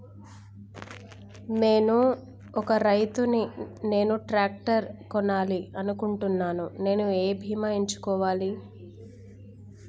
నేను ఒక రైతు ని నేను ట్రాక్టర్ కొనాలి అనుకుంటున్నాను నేను ఏ బీమా ఎంచుకోవాలి?